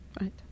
right